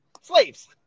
slaves